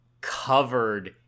covered